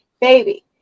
baby